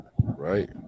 right